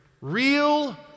Real